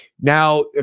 Now